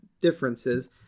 differences